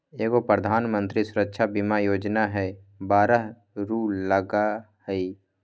एगो प्रधानमंत्री सुरक्षा बीमा योजना है बारह रु लगहई?